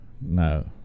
No